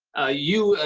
you,